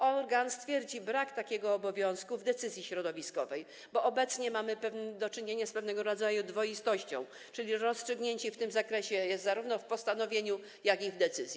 Organ stwierdzi brak takiego obowiązku w decyzji środowiskowej, bo obecnie mamy do czynienia z pewnego rodzaju dwoistością, czyli rozstrzygnięciem w tym zakresie zarówno w postanowieniu, jak i w decyzji.